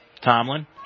Tomlin